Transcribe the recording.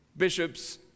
bishops